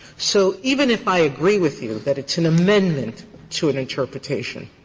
so even if i agree with you that it's an amendment to an interpretation,